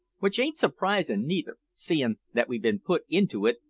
which ain't surprisin' neither, seein' that we've bin putt into it,